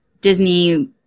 Disney